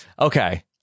Okay